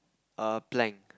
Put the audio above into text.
err plank